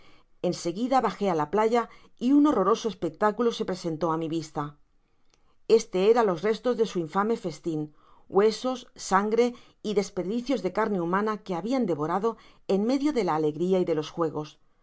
en seguida bajó á la playa y un horroroso espectáculo se presentó á mi vista este era los restos de su infame festin huesos sangre y desperdicios de car ne humana que habian devorado en medio de la alegria y de los juegos